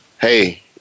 Hey